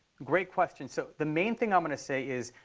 great question, so the main thing i'm going to say is,